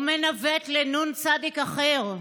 הוא מנווט לנ"צ אחר.